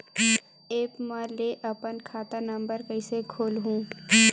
App म ले अपन खाता नम्बर कइसे खोलहु?